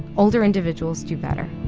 older individuals do better